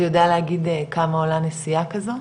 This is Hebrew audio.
אתה יודע להגיד כמה עולה נסיעה כזאת?